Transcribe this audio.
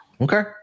Okay